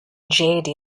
jade